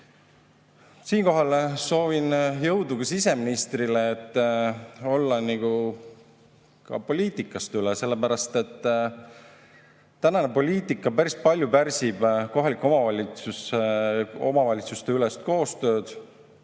anda. Siinkohal soovin jõudu ka siseministrile, et olla nagu poliitikast üle, sellepärast et tänane poliitika päris palju pärsib kohalike omavalitsuste ülest koostööd